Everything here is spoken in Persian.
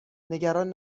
نگران